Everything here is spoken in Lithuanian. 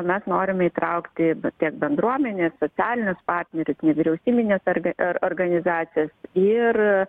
mes norime įtraukti tiek bendruomenę socialinius partnerius nevyriausybines arga ar organizacijas ir